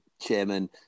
chairman